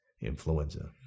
influenza